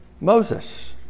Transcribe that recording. Moses